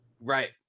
Right